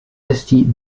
esti